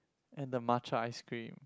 and the matcha ice cream